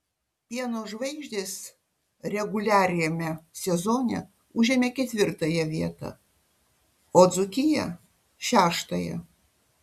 pieno žvaigždės reguliariajame sezone užėmė ketvirtąją vietą o dzūkija šeštąją